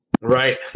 Right